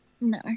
No